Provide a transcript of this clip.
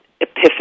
epiphany